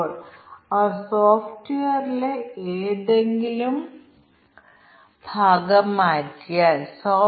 cos effect ഗ്രാഫിംഗാണ് ബന്ധപ്പെട്ട മറ്റൊരു കോമ്പിനേറ്റേറിയൽ പരിശോധന